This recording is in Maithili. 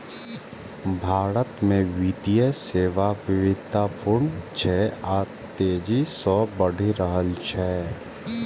भारत मे वित्तीय सेवा विविधतापूर्ण छै आ तेजी सं बढ़ि रहल छै